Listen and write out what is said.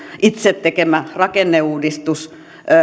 itse tekemä rakenneuudistus